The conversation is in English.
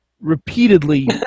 repeatedly